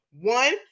One